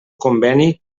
conveni